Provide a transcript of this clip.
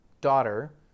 daughter